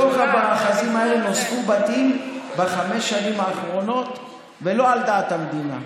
בתוך המאחזים האלה נוספו בתים בחמש השנים האחרונות ולא על דעת המדינה,